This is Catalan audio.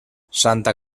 santa